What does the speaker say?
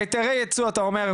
היתרי הייצוא אתה אומר,